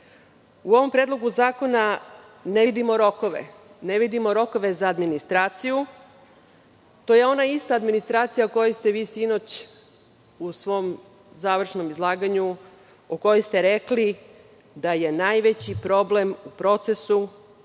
ovom predlogu zakona ne vidimo rokove. Ne vidimo rokove za administraciju, a to je ona ista administracija o kojoj ste sinoć u svom završnom izlaganju rekli da je najveći problem u procesu